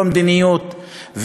לא מדיניות,